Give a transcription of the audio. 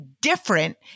different